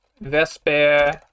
Vesper